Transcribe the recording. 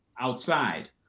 outside